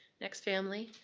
next family,